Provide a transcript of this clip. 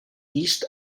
east